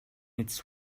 its